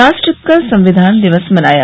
राष्ट्र कल संविधान दिवस मनाया